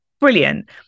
Brilliant